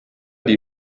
die